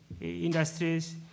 industries